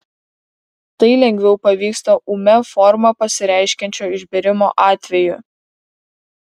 tai lengviau pavyksta ūmia forma pasireiškiančio išbėrimo atveju